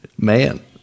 man